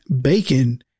bacon